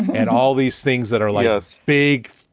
and all these things that are like us, big,